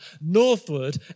northward